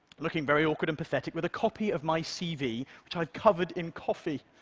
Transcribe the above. looking very awkward and pathetic, with a copy of my c v. which i've covered in coffee,